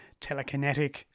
Telekinetic